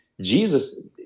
Jesus